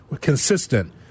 Consistent